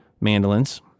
mandolins